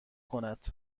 کند